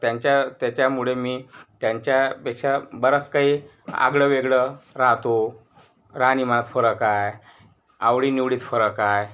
त्यांच्या त्याच्यामुळे मी त्यांच्यापेक्षा बरास काही आगळंवेगळं राहतो रानीमात फरक आहे आवडीनिवडीत फरक आहे